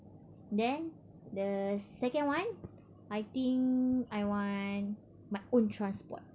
then the second one I think I want my own transport